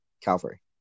Calvary